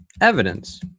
evidence